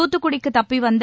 தூத்துக்குடிக்கு தப்பி வந்த